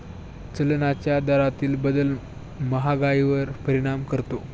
चलनाच्या दरातील बदल महागाईवर परिणाम करतो